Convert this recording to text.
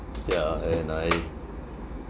ya and I